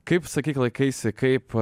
kaip sakyk laikaisi kaip